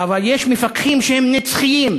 אבל יש מפקחים שהם נצחיים,